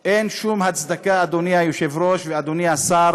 אין שום הצדקה, אדוני היושב-ראש ואדוני השר,